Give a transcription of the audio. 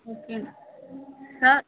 okay sir